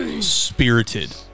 Spirited